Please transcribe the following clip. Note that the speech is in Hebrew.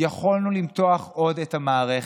יכולנו למתוח עוד את המערכת.